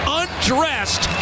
undressed